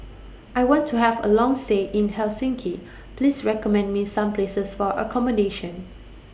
I want to Have A Long stay in Helsinki Please recommend Me Some Places For accommodation